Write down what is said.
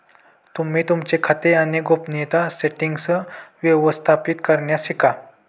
तुम्ही तुमचे खाते आणि गोपनीयता सेटीन्ग्स व्यवस्थापित करण्यास शिका